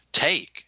take